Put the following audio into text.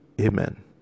Amen